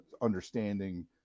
understanding